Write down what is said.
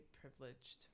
privileged